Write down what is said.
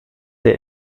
der